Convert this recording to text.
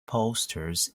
posters